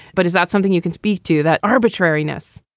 but is that something you can speak to that arbitrariness?